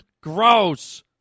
Gross